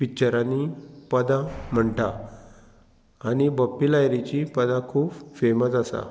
पिच्चरांनी पदां म्हणटा आनी बप्पी लहरीची पदां खूब फेमस आसा